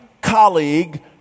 colleague